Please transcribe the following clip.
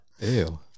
Ew